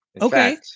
Okay